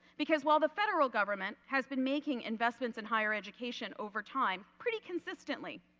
because while the federal government has been making investments in higher education over time, pretty consist sentently,